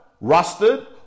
rusted